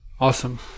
Awesome